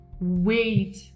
Wait